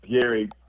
Gary